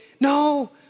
No